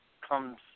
comes